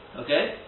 Okay